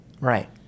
Right